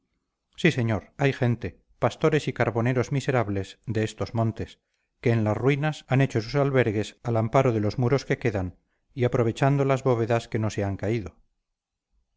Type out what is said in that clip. sí señor gente hay pastores y carboneros miserables de estos montes que en las ruinas han hecho sus albergues al amparo de los muros que quedan y aprovechando las bóvedas que no se han caído